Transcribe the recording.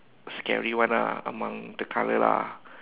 scary one lah among the color lah